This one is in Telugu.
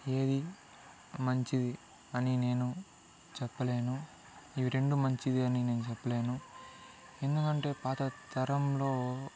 ఏది మంచిది అని నేను చెప్పలేను ఇవి రెండు మంచిదే అని నేను చెప్పలేను ఎందుకంటే పాత తరంలో